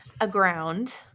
aground